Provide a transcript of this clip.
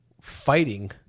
fighting